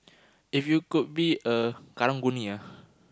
if you could be a Karang-Guni ah